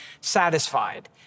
satisfied